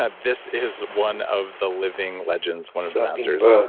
ah this is one of the living legends one of the masters,